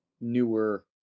newer